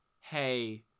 hey